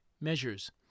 measures